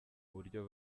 buryo